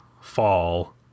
fall